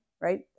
right